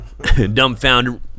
dumbfound